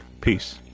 Peace